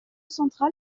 central